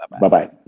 Bye-bye